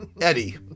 Eddie